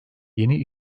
yeni